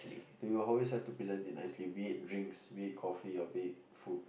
you will always have to present it nicely be it drinks be it coffee or be it food